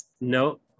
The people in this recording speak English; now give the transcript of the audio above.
No